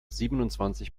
siebenundzwanzig